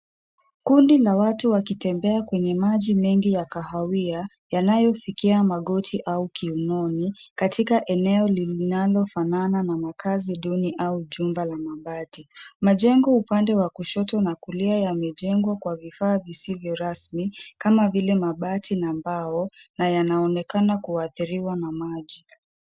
Kundi la watu wakitembea kwenye maji mengi ya kahawia, yanayofikia magoti au kiunoni, katika eneo linalofanana na makazi duni au jumba la mabati. Majengo upande wa kushoto na kulia yamejengwa kwa vifaa visivyo rasmi, kama vile mabati na mbao na yanaonekana kuadhiriwa na maji.